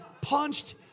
punched